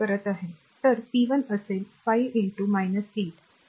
तर p 1 असेल 5 8 तर 41